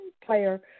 player